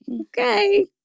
okay